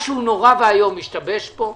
משהו נורא ואיום השתבש פה.